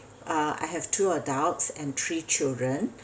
uh I have two adults and three children